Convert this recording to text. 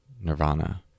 nirvana